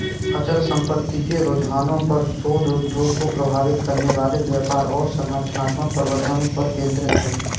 अचल संपत्ति के रुझानों पर शोध उद्योग को प्रभावित करने वाले व्यापार और संरचनात्मक परिवर्तनों पर केंद्रित है